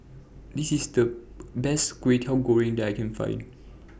This IS The Best Kway Teow Goreng that I Can Find